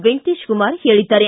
ವೆಂಕಟೇಶ ಕುಮಾರ್ ಹೇಳಿದ್ದಾರೆ